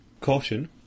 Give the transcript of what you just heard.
Caution